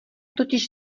totiž